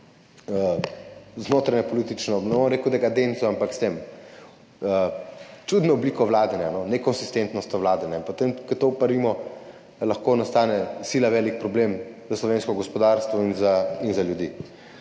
notranjepolitično, ne bom rekel dekadenco, ampak s to čudno obliko vladanja, nekonsistentnostjo vladanja in potem, ko to uparimo, lahko nastane sila velik problem za slovensko gospodarstvo in za ljudi.